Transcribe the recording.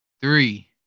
Three